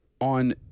on